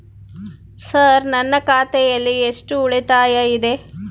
Sir ನನ್ನ ಖಾತೆಯಲ್ಲಿ ಎಷ್ಟು ಉಳಿತಾಯ ಇದೆ?